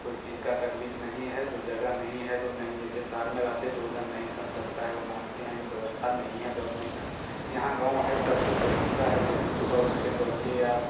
कुछ चीज़ का तकलीफ़ नहीं है जो जगह नहीं है तो नहीं जैसे शहर में रहते तो वज़न नहीं कम सकता है वो मानते हैं कि व्यवस्था नहीं है दौड़ने का यहाँ गाँव है सब कुछ व्यवस्था है जैसे सुबह उठ कर दौड़िए आप